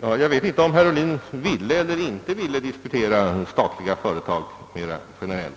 Jag vet inte om herr Ohlin ville eller inte ville diskutera frågan om statliga företag mera generellt.